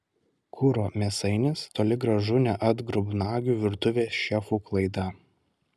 kuro mėsainis toli gražu ne atgrubnagių virtuvės šefų klaida